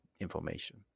information